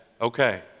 Okay